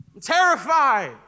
terrified